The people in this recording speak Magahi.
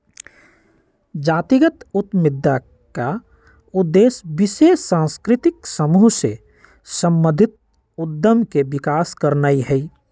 जातिगत उद्यमिता का उद्देश्य विशेष सांस्कृतिक समूह से संबंधित उद्यम के विकास करनाई हई